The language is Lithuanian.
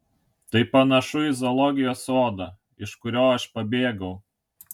tai panašu į zoologijos sodą iš kurio aš pabėgau